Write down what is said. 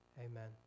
Amen